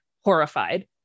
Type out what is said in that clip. horrified